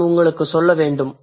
நான் உங்களுக்கு சொல்ல வேண்டும்